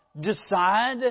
decide